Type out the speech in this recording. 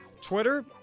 Twitter